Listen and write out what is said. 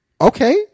okay